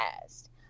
past